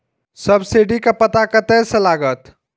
Subsidy के पता कतय से लागत?